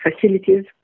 facilities